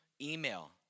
email